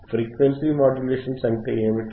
frequency modulations అంటే ఏమిటి